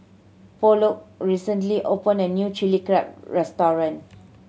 Plok recently opened a new Chili Crab restaurant